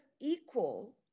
equal